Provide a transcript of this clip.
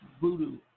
voodoo